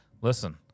Listen